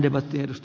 arvoisa puhemies